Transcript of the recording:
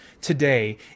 today